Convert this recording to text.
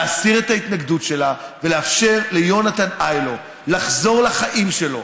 להסיר את ההתנגדות שלה ולאפשר ליונתן היילו לחזור לחיים שלו,